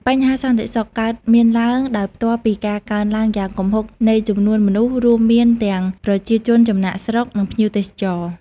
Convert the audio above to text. បញ្ហាសន្តិសុខ កើតមានឡើងដោយផ្ទាល់ពីការកើនឡើងយ៉ាងគំហុកនៃចំនួនមនុស្ស រួមមានទាំងប្រជាជនចំណាកស្រុក និងភ្ញៀវទេសចរ។